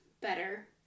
better